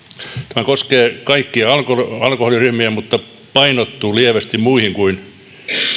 tämä koskee kaikkia alkoholiryhmiä mutta painottuu lievästi muihin kuin